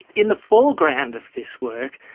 in the foreground of this work,